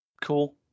Cool